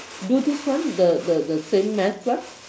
do this one the the the same math class